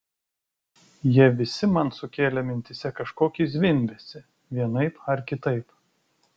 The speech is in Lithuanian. jie visi man sukėlė mintyse kažkokį zvimbesį vienaip ar kitaip